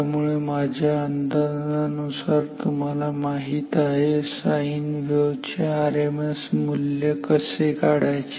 त्यामुळे माझ्या अंदाजानुसार तुम्हाला माहित आहे साईन वेव्ह चे आरएमएस मूल्य कसे काढायचे